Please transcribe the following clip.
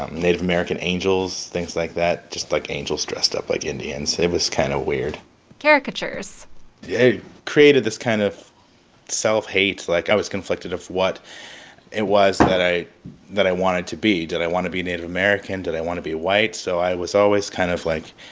um native american angels, things like that just, like, angels dressed up like indians. it was kind of weird caricatures yeah it created this kind of self-hate. like, i was conflicted of what it was that i that i wanted to be. did i want to be native american? did i want to be white? so i was always kind of, like,